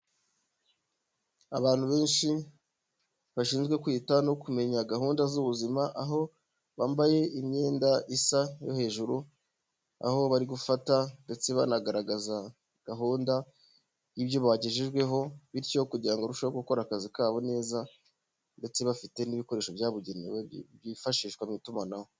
Abantu benshi bashinzwe kwita no kumenya gahunda z'ubuzima, aho bambaye imyenda isa yo hejuru aho bari gufata ndetse banagaragaza gahunda y'ibyo bagejejweho, bityo kugira ngo barusheho gukora akazi kabo neza ndetse bafite n'ibikoresho byabugenewe byifashishwa mu itumanaho.